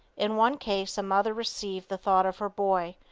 in one case a mother received the thought of her boy,